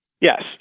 Yes